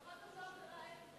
לפחות זאת לא עבירה אתית,